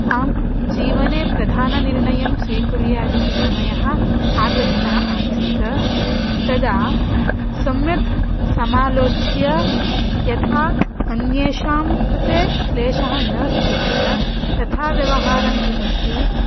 आम् जीवने प्रधाननिर्णयं स्वीकुर्यादिति समयः आपतितः आसीत् तदा सम्यक् समालोच्य यथा अन्येषां कृते क्लेशः न स्यात् तथा व्यवहारान् कृतवती